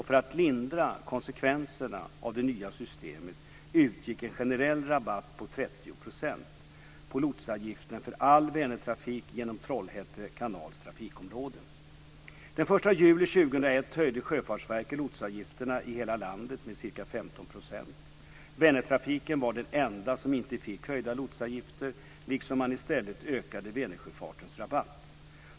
För att lindra konsekvenserna av det nya systemet utgick en generell rabatt på 30 % på lotsavgiften för all Vänertrafik genom Trollhätte kanals trafikområde. Den 1 juli 2001 höjde Sjöfartsverket lotsavgifterna i hela landet med ca 15 %. Vänertrafiken var den enda som inte fick höjda lotsavgifter, eftersom man i stället ökade Vänersjöfartens rabatt.